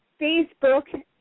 Facebook